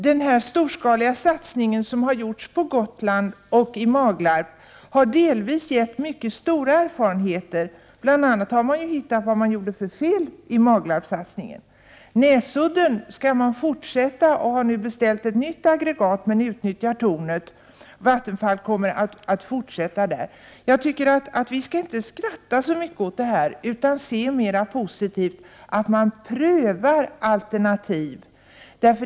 Den här storskaliga satsningen som har gjorts på Gotland och i Maglarp har delvis givit mycket stora erfarenheter. Man har bl.a. kommit underfund med vad man gjorde för fel vid Maglarpssatsningen. Vattenfall kommer att fortsätta med att driva anläggningen Näsudden, och man har nu beställt ett nytt aggregat, men tornet utnyttjas. Jag tycker att vi inte skall skratta så mycket åt detta utan se mera positivt på att man prövar alternativ.